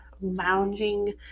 lounging